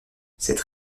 cette